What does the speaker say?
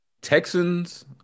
Texans